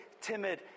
timid